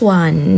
one